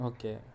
Okay